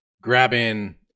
grabbing